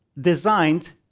designed